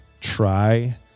try